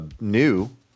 new